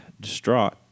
Distraught